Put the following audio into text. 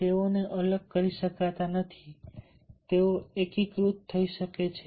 તેઓને અલગ કરી શકાતા નથી તેઓ એકીકૃત થઈ શકે છે